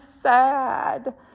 sad